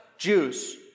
Jews